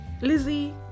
Lizzie